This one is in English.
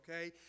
okay